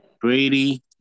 Brady